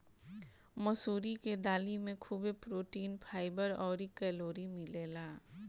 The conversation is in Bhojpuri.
मसूरी के दाली में खुबे प्रोटीन, फाइबर अउरी कैलोरी मिलेला